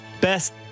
best